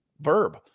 verb